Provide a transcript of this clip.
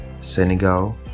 senegal